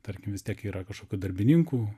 tarkim vis tiek yra kažkokių darbininkų